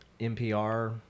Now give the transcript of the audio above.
NPR